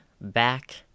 back